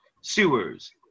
Sewers